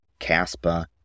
Caspa